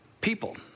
people